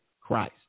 Christ